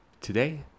Today